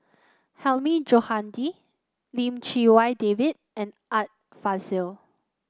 Hilmi Johandi Lim Chee Wai David and Art Fazil